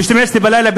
ב-12 בלילה,